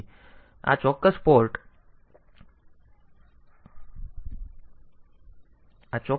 તેથી આ સારું છે